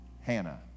Hannah